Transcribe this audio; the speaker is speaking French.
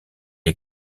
est